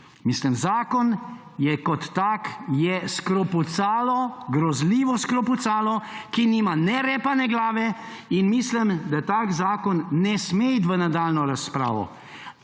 Mislim, zakon kot tak je skropucalo, grozljivo skropucalo, ki nima ne repa ne glave. Mislim, da tak zakon ne sme iti v nadaljnjo razpravo.